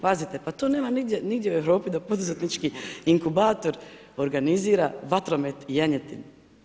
Pazite pa to nema nigdje u Europi da poduzetnički inkubator organizira vatromet i janjetinu.